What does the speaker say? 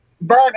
burn